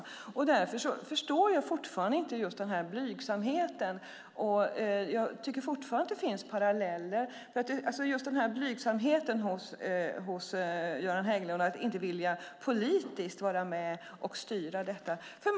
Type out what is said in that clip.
Jag förstår inte blygsamheten hos Göran Hägglund att inte politiskt vilja vara med och styra. Jag tycker fortfarande att det finns paralleller.